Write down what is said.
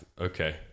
Okay